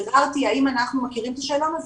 האם אנחנו מכירים את השאלון הזה.